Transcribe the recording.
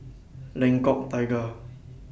Lengkok Tiga